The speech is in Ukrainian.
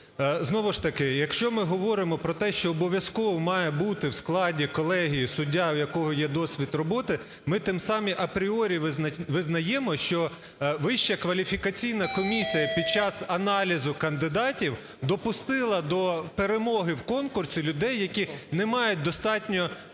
знову ж таки, якщо ми говоримо про те, що обов'язково має бути в складі колегії суддя, в якого є досвід роботи, ми тим самим апріорі визнаємо, що Вища кваліфікаційна комісія під час аналізу кандидатів допустила до перемоги в конкурсі людей, які не мають достатньо